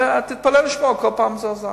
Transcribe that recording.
ותתפלא לשמוע, כל פעם זה עזר.